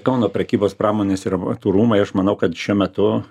kauno prekybos pramonės ir amatų rūmai aš manau kad šiuo metu